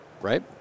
right